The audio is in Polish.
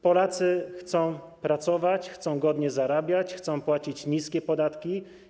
Polacy chcą pracować, godnie zarabiać i płacić niskie podatki.